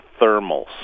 thermals